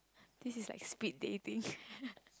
this is like speed dating